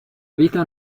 vita